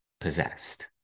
possessed